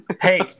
Hey